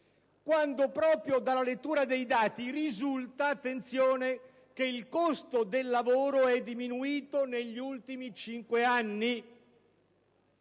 quando proprio dalla lettura dei dati risulta - attenzione - che il costo del lavoro è diminuito negli ultimi cinque anni